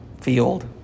field